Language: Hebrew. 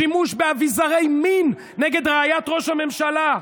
שימוש באביזרי מין נגד רעיית ראש הממשלה.